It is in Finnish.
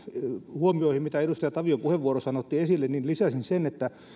huomioihin joita edustaja tavio puheenvuorossaan otti esille lisäisin sen